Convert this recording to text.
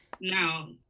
Now